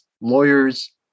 lawyers